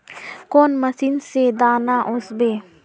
कौन मशीन से दाना ओसबे?